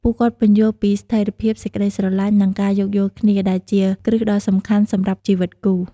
ពួកគាត់ពន្យល់ ពីស្ថិរភាព សេចក្ដីស្រឡាញ់ និងការយោគយល់គ្នា ដែលជាគ្រឹះដ៏សំខាន់សម្រាប់ជីវិតគូ។